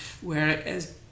whereas